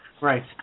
Right